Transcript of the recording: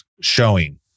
showing